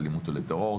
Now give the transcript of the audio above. לאלימות ולטרור,